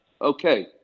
okay